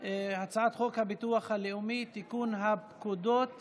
הביטוח הלאומי (תיקון, הפקדות